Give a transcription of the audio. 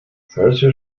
solche